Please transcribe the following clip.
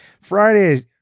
Friday